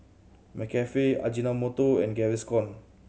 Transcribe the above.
McCafe Ajinomoto and Gaviscon